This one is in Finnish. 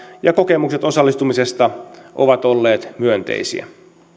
ja kokemukset osallistumisesta ovat olleet myönteisiä